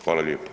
Hvala lijepo.